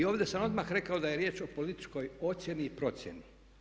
I ovdje sam odmah rekao da je riječ o političkoj ocjeni i procjeni.